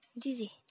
Dizzy